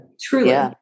Truly